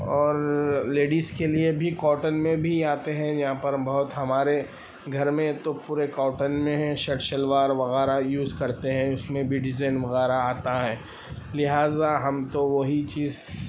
اور لیڈیز کے لیے بھی کاٹن میں بھی آتے ہیں یہاں پر بہت ہمارے گھر میں تو پورے کاٹن میں ہیں شرٹ شلوار وغیرہ یوز کرتے ہیں اس میں بھی ڈیزائن وغیرہ آتا ہے لہٰذا ہم تو وہی چیز